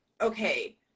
okay